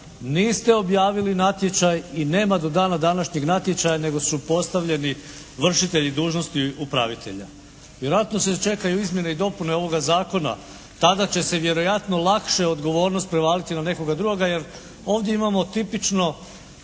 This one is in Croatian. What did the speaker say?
niste objavili natječaj i nema do dana današnjeg natječaja nego su postavljeni vršitelji dužnosti upravitelja? Vjerojatno se čekaju izmjene i dopune ovoga zakona. Tada će se vjerojatno lakše odgovornost prevaliti na nekoga drugoga jer ovdje imamo tipično